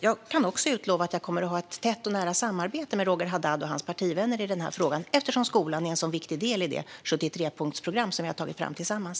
Jag kan också lova att jag kommer att ha ett tätt och nära samarbete med Roger Haddad och hans partivänner i den här frågan, eftersom skolan är en så viktig del i det 73-punktsprogram som vi har tagit fram tillsammans.